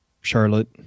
Charlotte